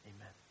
Amen